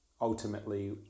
ultimately